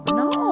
no